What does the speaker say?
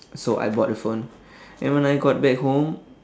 so I bought the phone and when I got back home